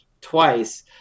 twice